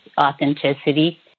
authenticity